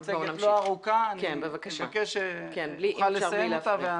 המצגת היא לא ארוכה ואני מבקש לסיים אותה.